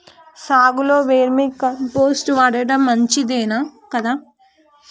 సాగులో vermicompost వాడటం మంచిదే కదా?